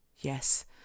Yes